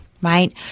right